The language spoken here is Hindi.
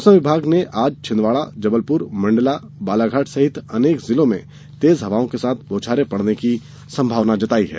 मौसम विभाग ने आज छिंदवाड़ा जबलपुर मण्डला बालाघाट सहित अनेक जिलों में तेज हवाओं के साथ बौछारें पड़ने की संभावना जताई है